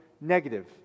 negative